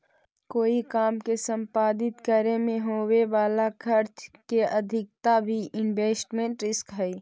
कोई काम के संपादित करे में होवे वाला खर्च के अधिकता भी इन्वेस्टमेंट रिस्क हई